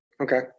okay